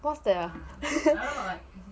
cause there